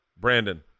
Brandon